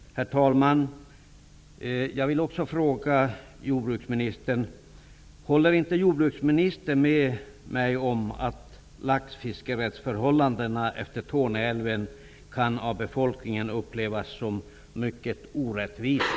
Herr talman! Jag vill också fråga jordbruksministern: Håller inte jordbruksministern med mig om att laxfiskerättsförhållandena utmed Torne älv av befolkningen kan upplevas som mycket orättvisa?